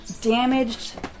damaged